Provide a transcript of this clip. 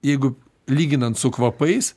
jeigu lyginant su kvapais